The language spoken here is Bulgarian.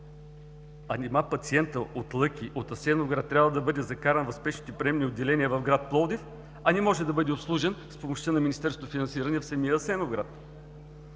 Нима пациентът от Лъки, от Асеновград трябва да бъде закаран в спешните приемни отделения в град Пловдив, а не може да бъде обслужен с помощта на министерското финансиране в самия Асеновград?!